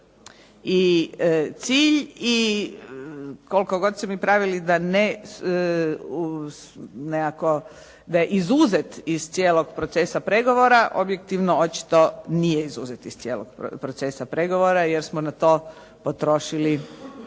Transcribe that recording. i cilj i koliko god se mi pravili da ne nekako da je izuzet iz cijelog procesa pregovora očito nije izuzet iz cijelog procesa pregovora, jer smo na to možda